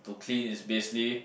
clean is basically